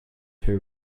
two